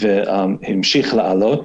והמשיך לעלות,